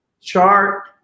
Chart